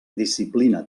disciplina